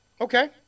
Okay